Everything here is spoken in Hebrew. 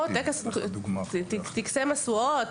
כמו טקסי משואות,